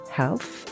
health